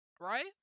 right